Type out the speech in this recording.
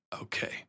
okay